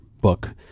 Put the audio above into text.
book